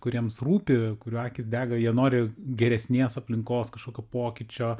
kuriems rūpi kurių akys dega jie nori geresnės aplinkos kažkokio pokyčio